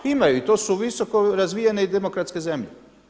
Imaju i to su visoko razvijene i demokratske zemlje.